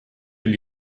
gli